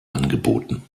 angeboten